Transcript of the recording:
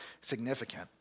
significant